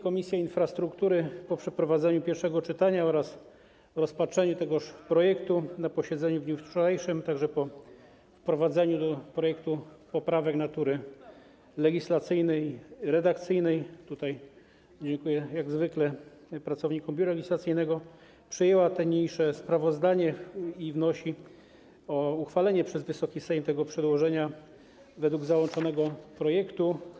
Komisja Infrastruktury po przeprowadzeniu pierwszego czytania oraz rozpatrzeniu tego projektu na posiedzeniu w dniu wczorajszym, także po wprowadzeniu do projektu poprawek natury legislacyjnej, redakcyjnej - tutaj jak zwykle dziękuję pracownikom Biura Legislacyjnego - przyjęła niniejsze sprawozdanie i wnosi o uchwalenie przez Wysoki Sejm tego przedłożenia według załączonego projektu.